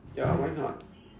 ya why not